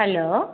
hello